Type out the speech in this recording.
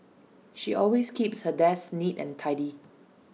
she always keeps her desk neat and tidy